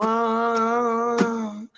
one